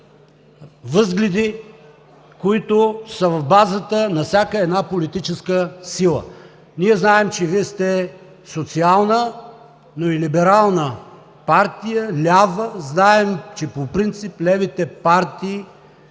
възгледи, които са в базата на всяка една политическа сила. Ние знаем, че Вие сте социална, но и либерална партия – лява. Знаем, че по принцип левите партии